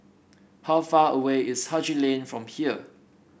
how far away is Haji Lane from here